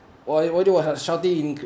why why do I have shouting